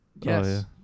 Yes